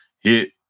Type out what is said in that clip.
hit